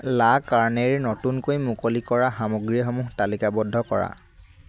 লা কাৰ্ণেৰ নতুনকৈ মুকলি কৰা সামগ্ৰীসমূহ তালিকাবদ্ধ কৰা